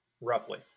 roughly